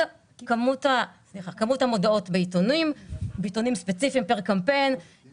כמות המודעות בעיתונים ספציפיים פר קמפיין,